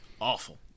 awful